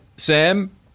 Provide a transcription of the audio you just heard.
Sam